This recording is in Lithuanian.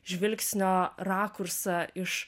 žvilgsnio rakursą iš